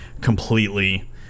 completely